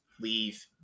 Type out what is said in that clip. leave